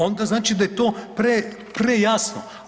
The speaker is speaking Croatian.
Onda znači da je to prejasno.